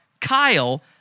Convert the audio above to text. Kyle